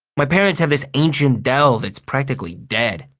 my parents have this ancient dell that's practically dead.